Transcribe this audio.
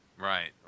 right